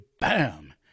bam